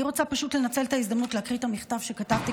אני רוצה לנצל את ההזדמנות ולהקריא את המכתב שכתבתי,